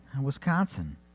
Wisconsin